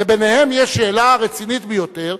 וביניהם יש שאלה רצינית ביותר,